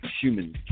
Human